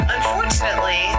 Unfortunately